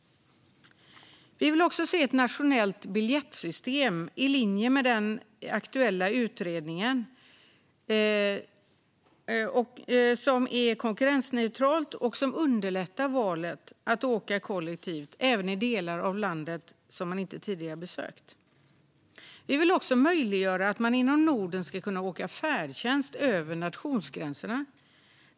Vi vill se ett nationellt biljettsystem i linje med den aktuella utredningens förslag som är konkurrensneutralt och underlättar valet att åka kollektivt, även i delar av landet man inte tidigare besökt. Vi vill också möjliggöra att inom Norden åka färdtjänst över nationsgränserna.